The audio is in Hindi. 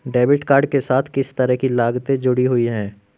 डेबिट कार्ड के साथ किस तरह की लागतें जुड़ी हुई हैं?